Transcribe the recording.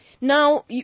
Now